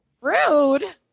Rude